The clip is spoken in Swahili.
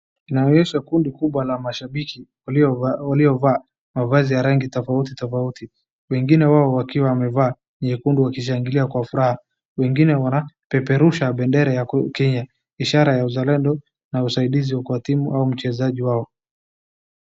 Inaonyesha kundi kubwa la mashabiki waliovaa mavazi ya rangi tofauti tofauti wengine wao wakiwa wamevaa nyekundu wakishangilia kwa uraha, wengine wanapeperusha bendera ya kenya ishara ya uzalendo na usaidizi wa timu au mchezaji wao.